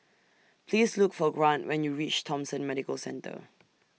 Please Look For Grant when YOU REACH Thomson Medical Centre